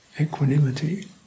Equanimity